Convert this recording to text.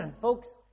Folks